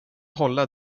hålla